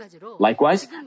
Likewise